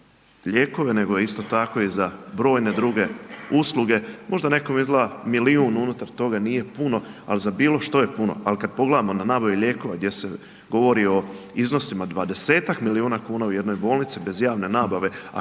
nego isto tako za brojne druge usluge, možda nekom izgleda milijun unutar toga, nije puno, al za bilo što je puno, al kad pogledamo na nabave lijekova gdje se govori o iznosima 20-tak milijuna kuna u jednoj bolnici bez javne nabave,